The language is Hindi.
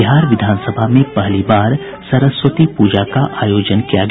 बिहार विधान सभा में पहलीबार सरस्वती पूजा का आयोजन किया गया